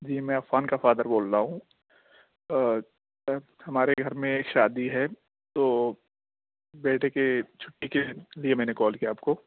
جی میں عفان کا فادر بول رہا ہوں ہمارے گھر میں ایک شادی ہے تو بیٹے کے چھٹّی کے لیے میں نے کال کیا آپ کو